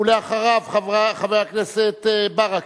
חבר הכנסת בן-ארי,